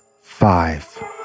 five